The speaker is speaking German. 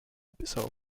bissau